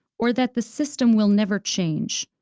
or that the system will never change,